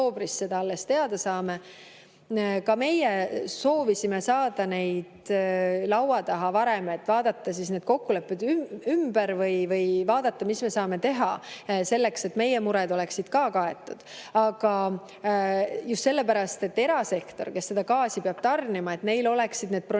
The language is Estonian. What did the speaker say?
Ka meie soovisime saada neid laua taha varem, et vaadata need kokkulepped ümber või vaadata, mida me saame teha selleks, et meie mured oleksid ka kaetud, just sellepärast, et erasektoril, kes seda gaasi peab tarnima, oleks võimalik need broneeringud